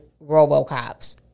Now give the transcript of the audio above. RoboCops